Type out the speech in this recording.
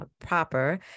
proper